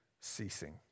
ceasing